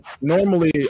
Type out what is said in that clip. normally